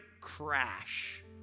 crash